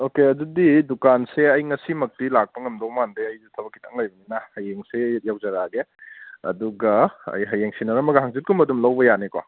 okay ꯑꯗꯨꯗꯤ ꯗꯨꯀꯥꯟꯁꯦ ꯑꯩꯅ ꯉꯁꯤꯃꯛꯇꯤ ꯂꯥꯛꯄ ꯉꯝꯒꯗꯣꯏ ꯃꯥꯟꯗꯦ ꯊꯕꯛ ꯈꯤꯇꯪ ꯂꯩꯕꯅꯤꯅ ꯍꯌꯦꯡꯁꯦ ꯌꯧꯖꯔꯛꯂꯒꯦ ꯑꯗꯨꯒ ꯑꯩ ꯍꯌꯦꯡ ꯁꯤꯟꯅꯔꯝꯃꯒ ꯍꯪꯆꯤꯠ ꯀꯨꯝꯕ ꯑꯗꯨꯝ ꯂꯧꯕ ꯌꯥꯅꯤꯀꯣ